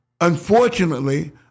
Unfortunately